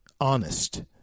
honest